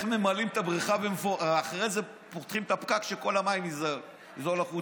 של איך ממלאים את הבריכה ואחרי זה פותחים את הפקק שכל המים ייזלו החוצה.